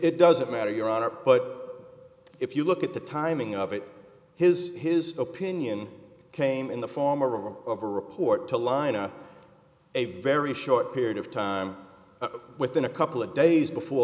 it doesn't matter your honor but if you look at the timing of it his his opinion came in the form of a over report to line up a very short period of time within a couple of days before